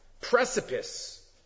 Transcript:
precipice